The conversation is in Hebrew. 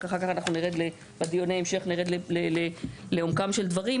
אחר כך בדיוני ההמשך נרד לעומקם של דברים,